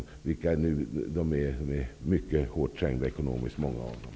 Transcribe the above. Många av dem är nu ekonomiskt mycket hårt trängda.